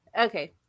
Okay